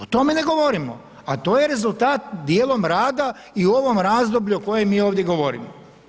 O tome ne govorimo, a to je rezultat dijelom rada i u ovom razdoblju o kojem mi ovdje govorimo.